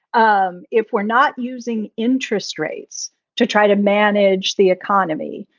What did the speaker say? um if we're not using interest rates to try to manage the economy,